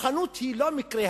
הכוחנות היא לא מקרה,